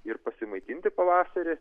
ir pasimaitinti pavasarį